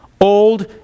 old